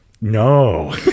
no